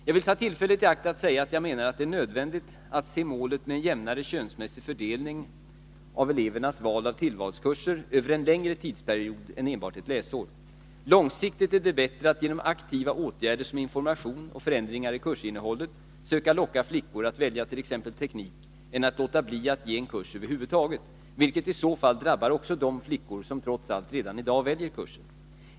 Jag vill dock ta tillfället i akt och säga att jag menar att det är nödvändigt att se målet med en jämnare könsmässig fördelning av elevernas val av tillvalskurser över en längre tidsperiod än enbart ett läsår. Långsiktigt är det bättre att genom aktiva åtgärder som information och förändringar i kursinnehållet söka locka flickor att välja t.ex. teknik, än att låta bli att ge en kurs över huvud taget, vilket i så fall drabbar också de flickor som trots allt redan i dag väljer kursen.